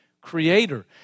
creator